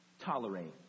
Tolerate